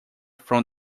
from